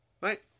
right